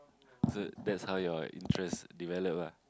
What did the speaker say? so that's how your interest develop lah